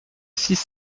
six